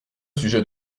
sujet